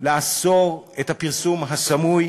לאסור את הפרסום הסמוי,